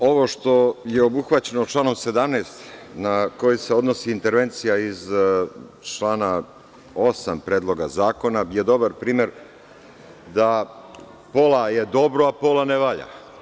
Evo, ovo što je obuhvaćeno članom 17. na koji se odnosi intervencija iz člana 8. Predloga zakona je dobar primer da je pola dobro, a pola ne valja.